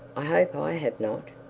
i hope i have not